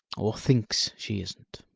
or thinks she isn't.